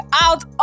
out